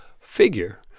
figure